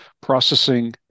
processing